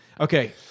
Okay